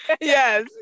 yes